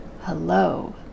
hello